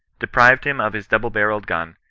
deprived him of his double-barrelled gun,